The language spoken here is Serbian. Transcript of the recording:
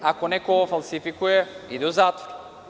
Ako neko ovo falsifikuje, ide u zatvor.